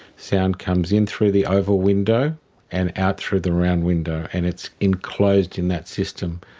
sound comes in through the oval window and out through the round window, and it's enclosed in that system.